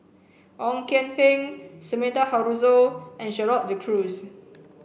Ong Kian Peng Sumida Haruzo and Gerald De Cruz